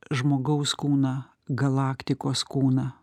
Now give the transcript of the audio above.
žmogaus kūną galaktikos kūną